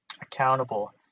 accountable